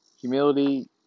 humility